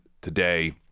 today